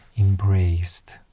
embraced